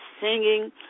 singing